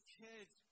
kids